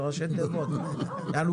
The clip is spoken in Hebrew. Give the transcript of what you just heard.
יענו,